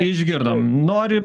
išgirdom nori